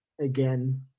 again